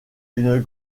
une